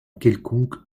quelconque